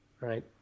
right